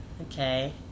okay